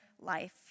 life